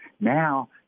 now –